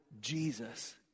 Jesus